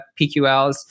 PQLs